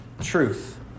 truth